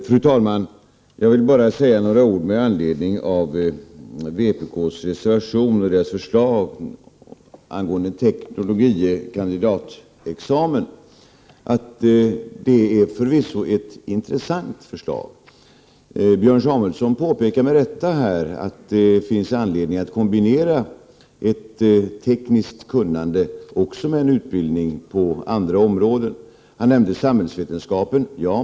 Fru talman! Jag vill bara säga några ord med anledning av vpk:s reservation och förslag angående teknologie kandidat-examen. Detta är förvisso ett intressant förslag. Björn Samuelson påpekar med rätta att det finns anledning att kombinera ett tekniskt kunnande med en utbildning på andra områden. Han nämnde samhällsvetenskap.